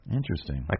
interesting